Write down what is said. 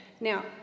now